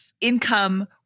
income